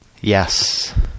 Yes